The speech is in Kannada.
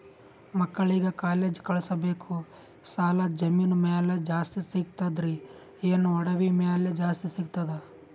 ಮಕ್ಕಳಿಗ ಕಾಲೇಜ್ ಕಳಸಬೇಕು, ಸಾಲ ಜಮೀನ ಮ್ಯಾಲ ಜಾಸ್ತಿ ಸಿಗ್ತದ್ರಿ, ಏನ ಒಡವಿ ಮ್ಯಾಲ ಜಾಸ್ತಿ ಸಿಗತದ?